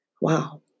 Wow